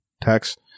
text